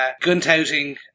gun-touting